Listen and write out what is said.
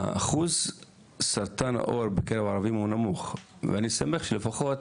אחוז סרטן העור בקרב ערבים הוא נמוך ואני שמח שלפחות